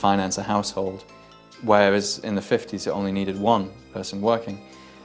finance a household where i was in the fifty's you only needed one person working